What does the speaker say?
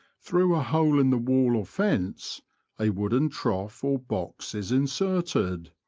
through a hole in the wall or fence a wooden trough or box is inserted.